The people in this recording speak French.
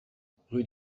ruelle